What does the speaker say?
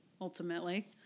ultimately